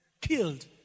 killed